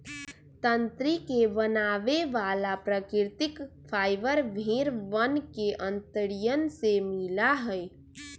तंत्री के बनावे वाला प्राकृतिक फाइबर भेड़ वन के अंतड़ियन से मिला हई